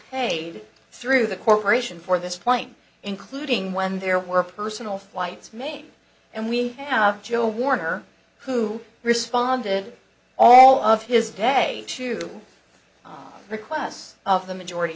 paid through the corporation for this point including when there were personal flights mayme and we have joe warner who responded all of his day to requests of the majority